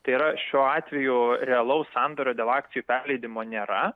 tai yra šiuo atveju realaus sandorio dėl akcijų perleidimo nėra